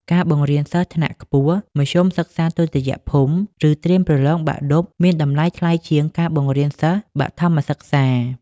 ការបង្រៀនសិស្សថ្នាក់ខ្ពស់ មធ្យមសិក្សាទុតិយភូមិ ឬត្រៀមប្រឡងបាក់ឌុប មានតម្លៃថ្លៃជាងការបង្រៀនសិស្សបឋមសិក្សា។